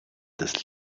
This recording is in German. des